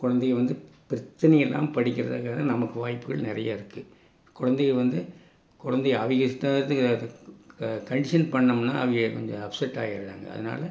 கொழந்தைய வந்து பிரச்சினை இல்லாமல் படிக்கிறதுங்கிறது நமக்கு வாய்ப்புகள் நிறைய இருக்கு கொழந்தைய வந்து கொழந்தைய அவங்க இஷ்டத்துக்கு க கண்டிஷன் பண்ணிணோம்னா அவங்க கொஞ்சம் அப்செட் ஆயிடறாங்க அதனால